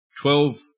twelve